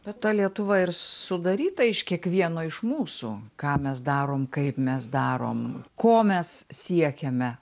bet ta lietuva ir sudaryta iš kiekvieno iš mūsų ką mes darom kaip mes darom ko mes siekiame